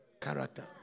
Character